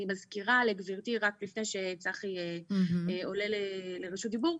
אני מזכירה לגברתי רק לפני שצחי עולה לרשות דיבור.